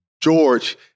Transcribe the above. George